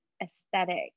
aesthetic